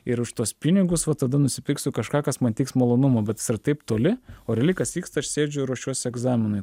ir už tuos pinigus va tada nusipirksiu kažką kas man teiks malonumą bet taip toli o realiai kas vyksta aš sėdžiu ruošiuosi egzaminui